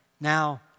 Now